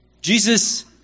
Jesus